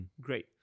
Great